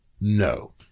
no